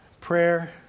prayer